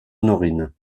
honorine